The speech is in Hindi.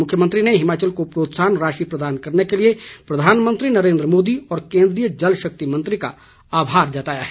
मुख्यमंत्री ने हिमाचल को प्रोत्साहन राशि प्रदान करने के लिए प्रधानमंत्री नरेन्द्र मोदी और केन्द्रीय जलशक्ति मंत्री का आभार जताया है